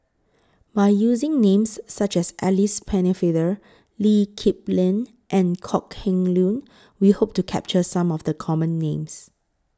By using Names such as Alice Pennefather Lee Kip Lin and Kok Heng Leun We Hope to capture Some of The Common Names